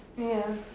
ya